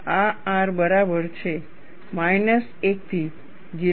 આ R બરાબર છે માઈનસ 1 થી 0